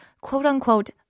quote-unquote